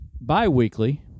bi-weekly